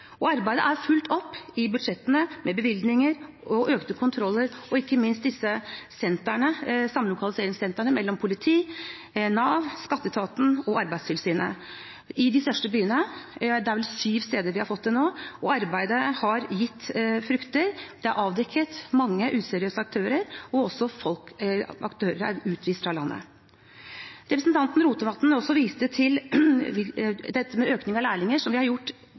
Arbeidet er fulgt opp i budsjettene med bevilgninger, med økte kontroller og ikke minst med samlokaliseringssentrene mellom politi, Nav, skatteetaten og Arbeidstilsynet i de største byene, det er vel syv steder som har fått det nå. Arbeidet har båret frukter; mange useriøse aktører er avdekket, og aktører er også utvist fra landet. Representanten Rotevatn viste til økningen av lærlinger. Det har vi gjort i hvert eneste budsjett, ved lærlingtilskuddet. Vi har